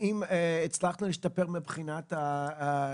האם הצלחנו להשתפר מבחינת הקשר?